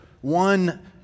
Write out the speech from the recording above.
one